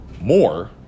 more